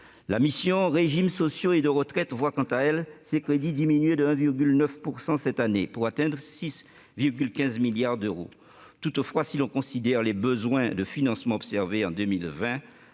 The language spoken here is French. La mission « Régimes sociaux et de retraite » voit ses crédits diminuer de 1,9 % cette année, pour atteindre 6,15 milliards d'euros. Toutefois, si l'on considère les besoins de financement observés en 2020,